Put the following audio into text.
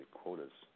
quotas